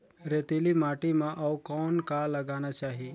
रेतीली माटी म अउ कौन का लगाना चाही?